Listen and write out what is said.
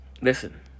Listen